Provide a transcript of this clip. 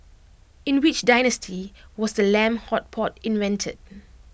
in which dynasty was the lamb hot pot invented